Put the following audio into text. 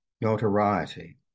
notoriety